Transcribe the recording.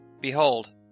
Behold